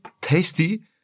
tasty